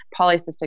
polycystic